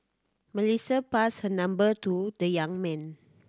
Melissa passed her number to the young man